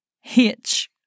hitch